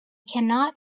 cannot